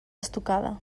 estucada